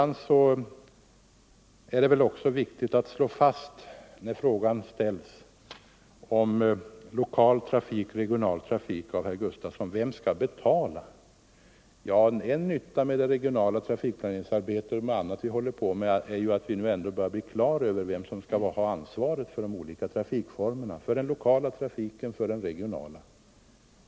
När herr Gustavsson ställer frågor om lokal och regional trafik är det väl också viktigt att slå fast vem som skall betala. En nytta med det regionala trafikplaneringsarbete som vi håller på med är att vi börjar bli på det klara med vem som skall ha ansvaret för de olika trafikformerna, för den lokala trafiken och för den regionala.